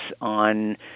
on